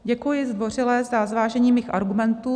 Děkuji zdvořile za zvážení mých argumentů.